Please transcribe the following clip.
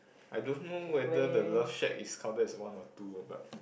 I don't know whether the love shack is counted as one or two but